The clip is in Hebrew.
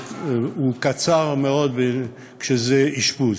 הוא קצר מאוד כשזה אשפוז.